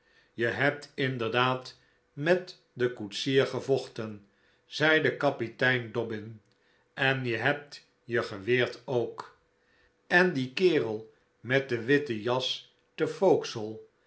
je hebt inderdaad met den koetsier gevochten zeide kapitein dobbin en je hebt jegeweerd ook en die kerel met de witte jas te